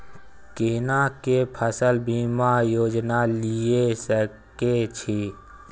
केना के फसल बीमा योजना लीए सके छी?